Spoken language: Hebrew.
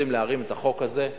שרוצים להרים את החוק הזה,